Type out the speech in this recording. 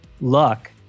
luck